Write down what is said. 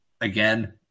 Again